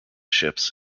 ships